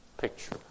picture